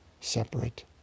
separate